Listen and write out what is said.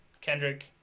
Kendrick